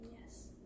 Yes